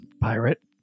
pirate